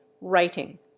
writing